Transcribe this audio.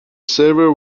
server